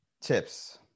tips